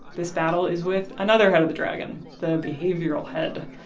this battle is with another head of the dragon, the behavioral head.